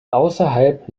außerhalb